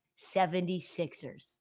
76ers